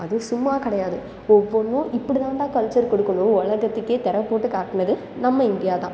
அதுவும் சும்மா கிடையாது ஒவ்வொன்றும் இப்பிடிதாண்டா கல்ச்சர் கொடுக்கணும்ன்னு உலகத்துக்கே திர போட்டு காட்டினது நம்ம இந்தியா தான்